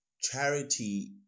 charity